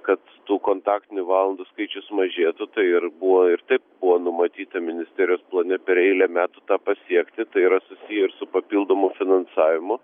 kad tų kontaktinių valandų skaičius mažėtų tai ir buvo ir taip buvo numatyti ministerijos plane per eilę metų tą pasiekti tai yra susiję ir su papildomu finansavimu